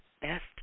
best